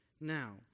Now